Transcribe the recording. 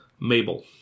Mabel